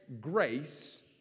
grace